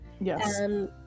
Yes